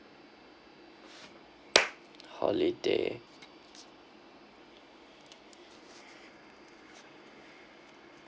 holiday